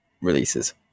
releases